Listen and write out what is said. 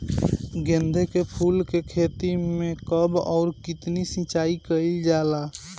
गेदे के फूल के खेती मे कब अउर कितनी सिचाई कइल जाला?